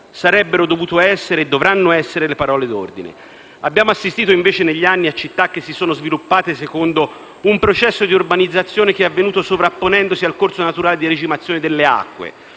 avrebbero dovuto essere e dovranno essere le parole d'ordine. Abbiamo assistito, invece, negli anni, a città che si sono sviluppate secondo un processo di urbanizzazione che è avvenuto sovrapponendosi al corso naturale di regimentazione delle acque,